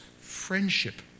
friendship